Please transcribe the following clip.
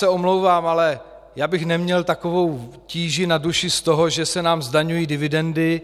Omlouvám se, ale já bych neměl takovou tíži na duši z toho, že se nám zdaňují dividendy.